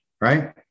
right